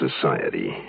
society